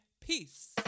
Peace